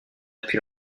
depuis